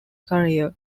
career